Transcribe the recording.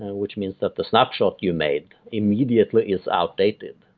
which means that the snapshot you made immediately is outdated.